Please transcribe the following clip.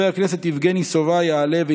הצעות לסדר-היום מס' 582, 588, 604